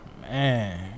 man